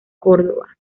córdoba